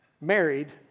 married